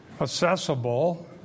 accessible